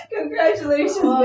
Congratulations